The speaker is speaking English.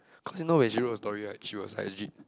cause you know when she wrote the story right she was like legit